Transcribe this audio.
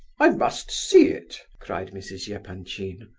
i must see it! cried mrs. yeah epanchin.